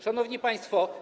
Szanowni Państwo!